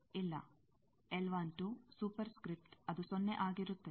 ಇಲ್ಲ superscript ಅದು ಸೊನ್ನೆ ಆಗಿರುತ್ತದೆ